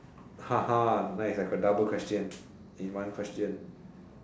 mine is a double question in one question